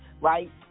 right